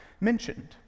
mentioned